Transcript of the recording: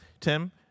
Tim